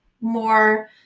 more